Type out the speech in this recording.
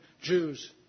Jews